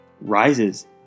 rises